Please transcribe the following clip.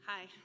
Hi